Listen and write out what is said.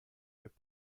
with